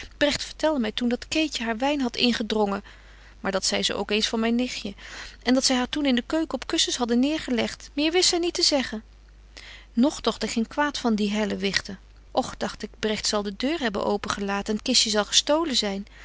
vertelde my toen dat keetje haar wyn hadt ingedrongen maar dat zei ze ook eens van myn nichtje en dat zy haar toen in de keuken op kussens hadden neêrgelegt meer wist zy niet te zeggen nog dogt ik geen kwaat van die hellewigten och dagt ik bregt zal de deur hebben open gelaten en t kistje zal gestolen